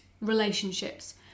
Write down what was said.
relationships